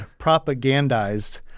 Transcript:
Propagandized